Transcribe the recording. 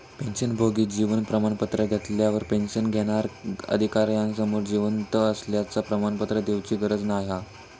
पेंशनभोगी जीवन प्रमाण पत्र घेतल्यार पेंशन घेणार्याक अधिकार्यासमोर जिवंत असल्याचा प्रमाणपत्र देउची गरज नाय हा